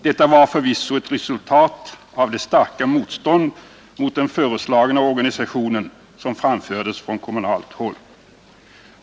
Detta var förvisso ett resultat av det starka motstånd mot den föreslagna organisationen som framfördes från kommunalt håll.